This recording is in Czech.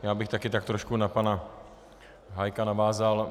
Já bych taky tak trošku na pana Hájka navázal.